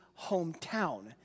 hometown